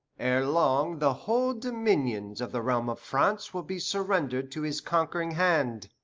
ere long the whole dominions of the realm of france will be surrendered to his conquering hand.